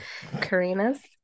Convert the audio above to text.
Karina's